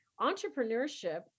Entrepreneurship